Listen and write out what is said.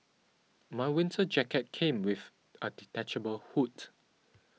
my winter jacket came with a detachable hood